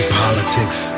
politics